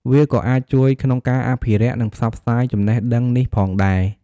វាក៏អាចជួយក្នុងការអភិរក្ស និងផ្សព្វផ្សាយចំណេះដឹងនេះផងដែរ។